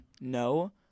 no